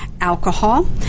Alcohol